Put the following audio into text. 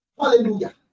Hallelujah